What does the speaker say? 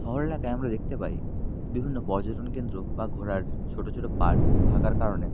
শহর এলাকায় আমরা দেখতে পাই বিভিন্ন পর্যটন কেন্দ্র বা ঘোরার ছোট ছোট পার্ক থাকার কারণে